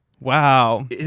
Wow